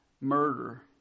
murder